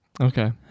Okay